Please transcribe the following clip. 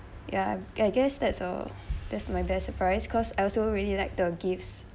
ya I guess that's uh that's my best surprise cause I also really like the gifts